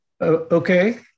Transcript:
okay